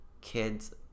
kids